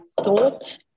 thought